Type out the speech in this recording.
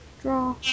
Draw